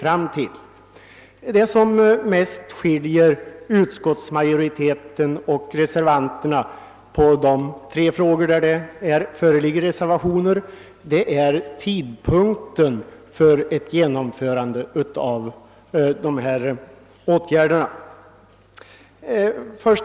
Vad som mest skiljer utskottsmajoriteten och reservanterna i de tre frågor, där det föreligger reservationer, är uppfattningen om tidpunkten för ett genomförande av de föreslagna åtgärderna.